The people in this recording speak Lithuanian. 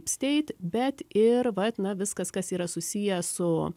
steit bet ir vat na viskas kas yra susiję su